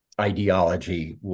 ideology